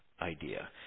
idea